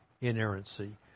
inerrancy